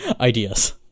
ideas